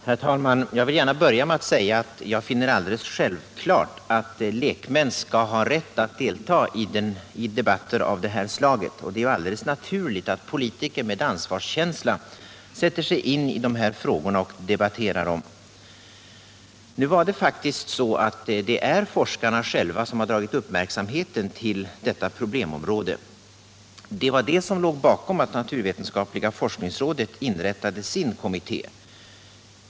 Herr talman! Jag vill gärna börja med att säga att jag finner det alldeles självklart att lekmän skall ha rätt att delta i debatter av det här slaget. Det är naturligt att politiker med ansvarskänsla sätter sig in i de här frågorna och debatterar dem. Nu var det faktiskt forskarna själva som drog uppmärksamheten till detta problemområde. Det var det som låg bakom att naturvetenskapliga forskningsrådet inrättade sin kommitté.